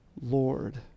Lord